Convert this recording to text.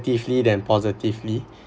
negatively than positively